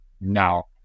now